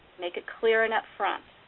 make it clear and upfront.